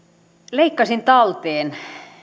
leikkasin talteen